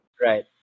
Right